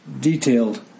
detailed